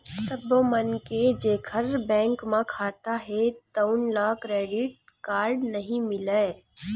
सब्बो मनखे जेखर बेंक म खाता हे तउन ल क्रेडिट कारड नइ मिलय